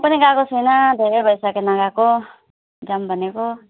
म पनि गएको छुइनँ धेरै भइसक्यो नगएको जाऊँ भनेको